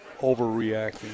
overreacting